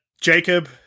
Jacob